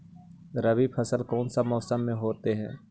रवि फसल कौन सा मौसम में होते हैं?